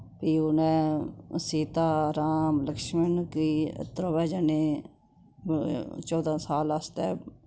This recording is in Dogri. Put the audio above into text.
फ्ही उनें सीता राम लक्ष्मण गी त्रवै जनें चौदह् साल आस्तै